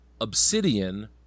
Obsidian